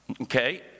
Okay